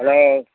hello